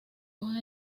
hojas